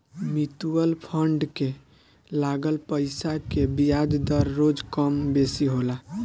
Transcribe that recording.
mutual fund के लागल पईसा के बियाज दर रोज कम बेसी होला